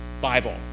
Bible